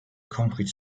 concrete